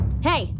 hey